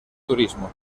turismo